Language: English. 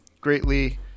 greatly